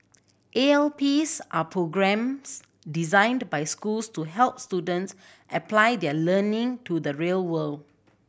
A L Ps are programmes designed by schools to help students apply their learning to the real world